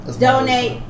Donate